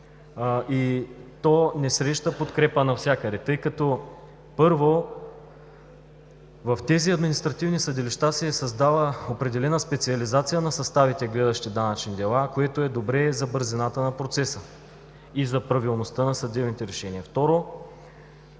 и то не среща подкрепа навсякъде, тъй като, първо, в тези административни съдилища се е създала определена специализация на съставите, гледащи данъчни дела, което е добре за бързината на процеса и за правилността на съдебните решения.